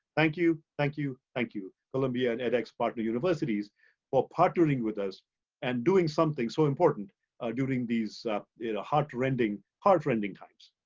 thank you, thank you, thank you, columbia and edx partner universities for partnering with us and doing something so important during these heart heartrending heartrending times.